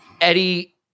Eddie